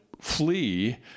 flee